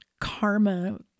karma